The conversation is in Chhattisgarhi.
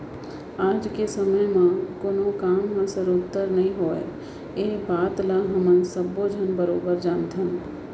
आज के समे म कोनों काम ह सरोत्तर नइ होवय ए बात ल हमन सब्बो झन बरोबर जानथन